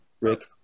Rick